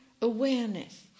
awareness